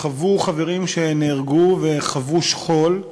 וחוו חברים שנהרגו וחוו שכול.